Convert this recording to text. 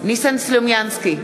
ניסן סלומינסקי,